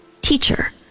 Teacher